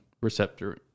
receptor